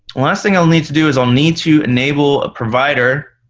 last thing i'll need to do is i'll need to enable a provider.